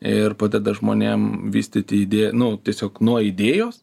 ir padeda žmonėm vystyti idė nu tiesiog nuo idėjos